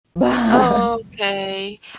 Okay